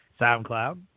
SoundCloud